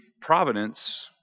Providence